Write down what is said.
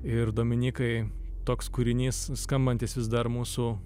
ir dominykai toks kūrinys skambantis vis dar mūsų